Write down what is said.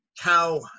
cow